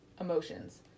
emotions